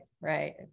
Right